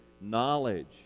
knowledge